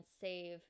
save